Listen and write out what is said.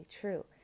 true